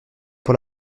pour